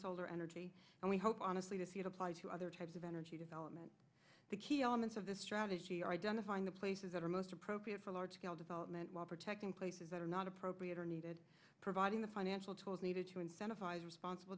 her energy and we hope honestly to see it applied to other types of energy development the key elements of this strategy are identifying the places that are most appropriate for large scale development while protecting places that are not appropriate or needed providing the financial tools needed to incentivize responsible